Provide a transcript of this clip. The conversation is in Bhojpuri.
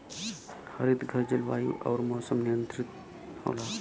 हरितघर जलवायु आउर मौसम नियंत्रित होला